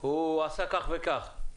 הוא עשה כך וכך.